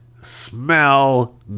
smell